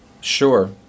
sure